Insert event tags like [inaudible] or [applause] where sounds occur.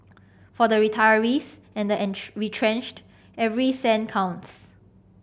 for the retirees and the [unintelligible] retrenched every cent counts